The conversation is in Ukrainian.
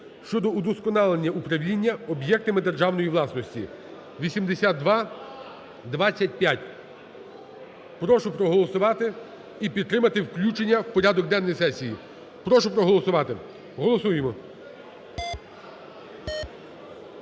щодо удосконалення управління об'єктами державної власності (8225). Прошу проголосувати і підтримати включення в порядок денний сесії. Прошу проголосувати. Голосуємо.